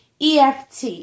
EFT